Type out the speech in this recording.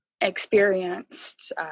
experienced